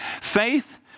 Faith